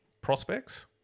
prospects